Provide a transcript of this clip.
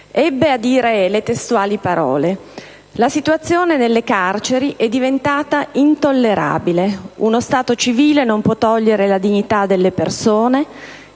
ebbe a dire queste testuali parole: «La situazione nelle carceri è diventata intollerabile. Uno Stato civile non può togliere la dignità dalle persone.